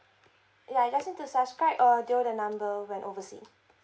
ya just need to subscribe or dial the number when overseas